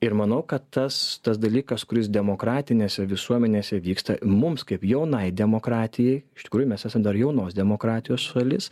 ir manau kad tas tas dalykas kuris demokratinėse visuomenėse vyksta mums kaip jaunai demokratijai iš tikrųjų mes esam dar jaunos demokratijos šalis